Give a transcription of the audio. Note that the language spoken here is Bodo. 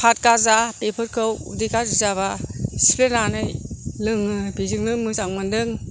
फाटगाजा बेफोरखौ उदै गाज्रि जाबा सिफ्लेनानै लोङो बेजोंनो मोजां मोनदों